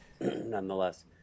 nonetheless